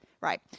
right